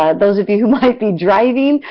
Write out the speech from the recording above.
ah those of you who may be driving,